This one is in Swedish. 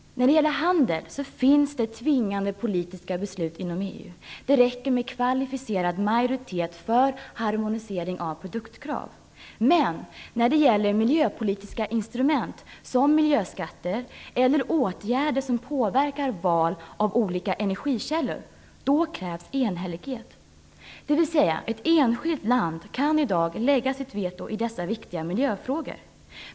När det gäller handel finns det tvingande politiska beslut inom EU. Det räcker med kvalificerad majoritet för harmonisering av produktkrav. Men när det gäller miljöpolitiska instrument, som miljöskatter eller åtgärder som påverkar val av olika energikällor, krävs enhällighet, dvs. ett enskilt land kan i dag lägga sitt veto i dessa viktiga miljöfrågor.